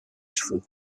cheveux